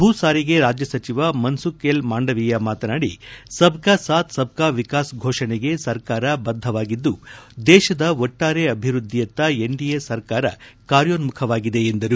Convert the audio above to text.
ಭೂಸಾರಿಗೆ ರಾಜ್ಯ ಸಚಿವ ಮನ್ಸುಖ್ ಎಲ್ ಮಾಂಡವಿಯಾ ಮಾತನಾಡಿ ಸಬ್ ಕಾ ಸಾಥ್ ಸಬ್ ಕಾ ವಿಕಾಸ್ ಘೋಷಣೆಗೆ ಸರ್ಕಾರ ಬದ್ದವಾಗಿದ್ದು ದೇಶದ ಒಟ್ಟಾರೆ ಅಭಿವೃದ್ದಿಯತ್ತ ಎನ್ಡಿಎ ಸರ್ಕಾರ ಕಾರ್ಯೋನ್ನುಖವಾಗಿದೆ ಎಂದರು